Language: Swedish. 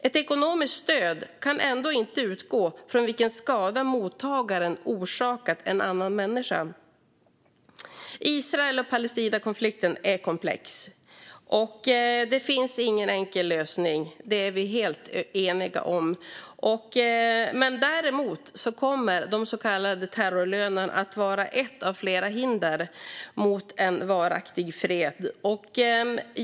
Ett ekonomiskt stöd kan ändå inte utgå från vilken skada mottagaren har utsatt en annan människa för! Israel och Palestinakonflikten är komplex. Det finns ingen enkel lösning - det är vi helt eniga om. Däremot kommer detta med de så kallade terrorlönerna att vara ett av flera hinder för en varaktig fred.